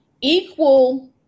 equal